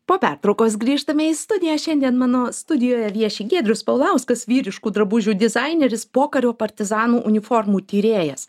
po pertraukos grįžtame į studiją šiandien mano studijoje vieši giedrius paulauskas vyriškų drabužių dizaineris pokario partizanų uniformų tyrėjas